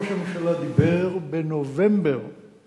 ראש הממשלה דיבר בנובמבר